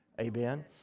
Amen